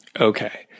Okay